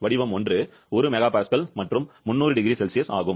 வடிவம் 1 1 MPa மற்றும் 300 0C ஆகும்